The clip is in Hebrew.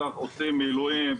שעושים מילואים,